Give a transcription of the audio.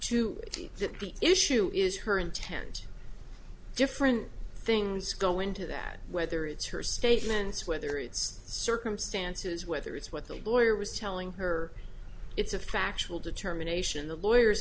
get the issue is her intent different things go into that whether it's her statements whether it's circumstances whether it's what the lawyer was telling her it's a factual determination the lawyers